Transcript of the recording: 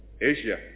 Asia